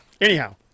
Anyhow